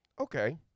okay